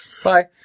Bye